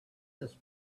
this